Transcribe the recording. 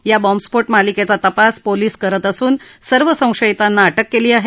या बाँबस्फोटमालिकेचा तपास पोलीस करत असून सर्व संशयिताना अटक केली आहे